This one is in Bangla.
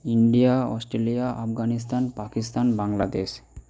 India Australia Afghanistan Pakistan Bangladesh